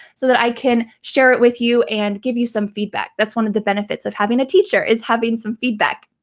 so that i can share it with you and give you some feedback. that's one of the benefits of having a teacher is having some feedback.